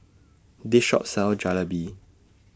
This Shop sells Jalebi